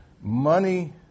money